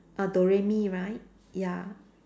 uh do re mi right ya